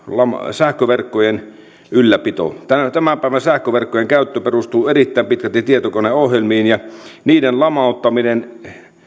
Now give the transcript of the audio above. sähköverkkojen ylläpito tämän päivän sähköverkkojen käyttö perustuu erittäin pitkälti tietokoneohjelmiin ja niiden lamauttaminen